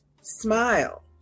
Smile